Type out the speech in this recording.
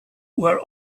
were